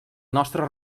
nostre